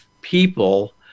people